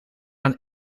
een